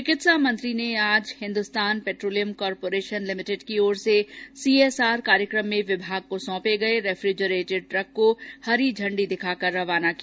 चिकित्सा मंत्री ने आज हिन्दुस्तान पेट्रोलियम कॉर्पोरेशन लिमिटेड की ओर से सीएसआर कार्यक्रम में विभाग को साँपे गए रेफ्रिजरेटर्ड ट्रक को हरी झंडी दिखाकर रवाना किया